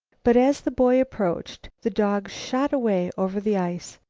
but as the boy approached, the dog shot away over the ice.